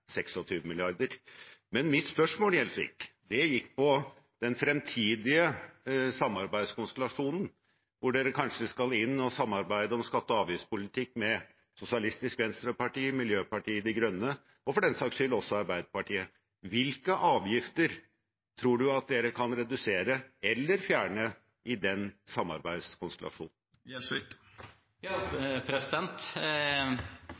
Men mitt spørsmål gikk på den fremtidige samarbeidskonstellasjonen hvor Senterpartiet kanskje skal inn og samarbeide om skatte- og avgiftspolitikk med Sosialistisk Venstreparti, Miljøpartiet De Grønne og for den saks skyld også Arbeiderpartiet. Hvilke avgifter tror representanten at man kan redusere eller fjerne i den